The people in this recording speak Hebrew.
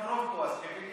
אנחנו לא פה, אז מעבירים